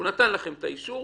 הוא נתן לכם את האישור,